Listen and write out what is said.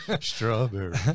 strawberry